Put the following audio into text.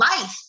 life